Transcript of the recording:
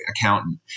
accountant